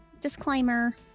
disclaimer